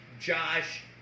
Josh